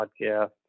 podcast